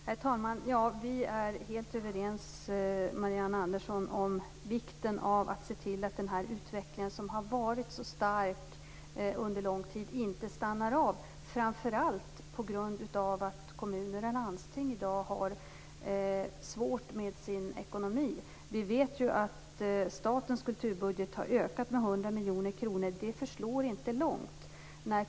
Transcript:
Herr talman! Vi är helt överens, Marianne Andersson, om vikten av att se till att den utveckling som har varit så stark under lång tid inte stannar av, framför allt på grund av att kommuner och landsting i dag har svårt med ekonomin. Statens kulturbudget har ökat med 100 miljoner kronor, och det förslår inte långt.